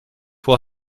will